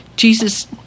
Jesus